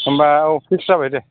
होमबा औ पिक्स जाबाय दे